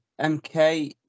MK